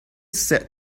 said